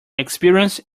experience